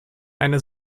einer